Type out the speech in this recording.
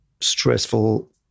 stressful